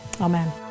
Amen